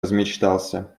размечтался